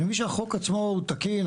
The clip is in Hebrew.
אני מבין שהחוק עצמו הוא תקין,